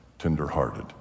tender-hearted